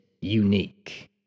unique